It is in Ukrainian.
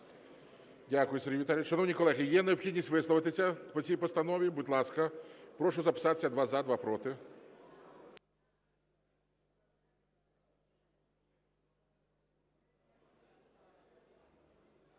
Дякую, Сергій Віталійович. Шановні колеги, є необхідність висловитися по цій постанові? Будь ласка, прошу записатися: два – за, два – проти.